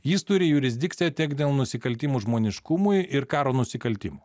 jis turi jurisdikciją tiek dėl nusikaltimų žmoniškumui ir karo nusikaltimų